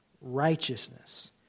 righteousness